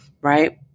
right